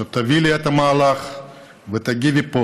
שתובילי את המהלך ותגידי פה,